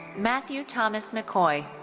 matthew thomas mccoy.